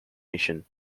mission